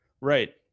Right